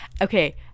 Okay